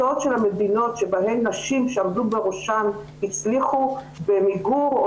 הסוד של המדינות שבהן נשים שעמדו בראשן הצליחו במיגור או